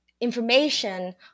information